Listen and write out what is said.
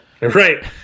right